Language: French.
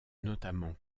notamment